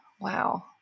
wow